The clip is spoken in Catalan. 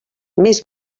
més